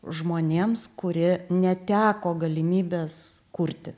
žmonėms kurie neteko galimybės kurti